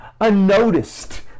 unnoticed